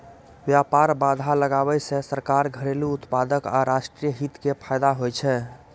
व्यापार बाधा लगाबै सं सरकार, घरेलू उत्पादक आ राष्ट्रीय हित कें फायदा होइ छै